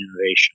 innovation